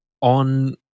on